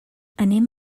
anem